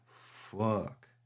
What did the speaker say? fuck